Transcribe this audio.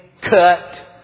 cut